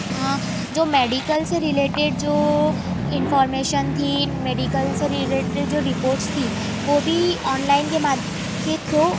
हाँ जो मैडीकल से रिलेटेड जो इन्फोर्मेशन थी मेडिकल से रिलेटेड जो रिपोर्ट्स थी वो भी ऑनलाइन के माध् के थ्रू